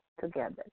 together